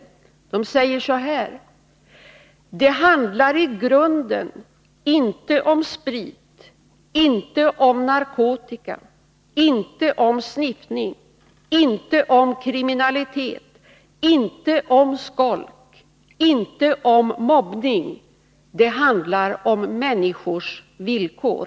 Avdelningen säger så här: Det handlar i grunden inte om sprit, inte om narkotika, inte om sniffning, inte om kriminalitet, inte om skolk, inte om mobbning. Det handlar om människors villkor.